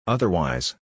Otherwise